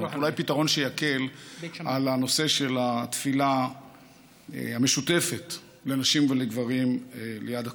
אולי פתרון שיקל על הנושא של התפילה המשותפת לנשים ולגברים ליד הכותל.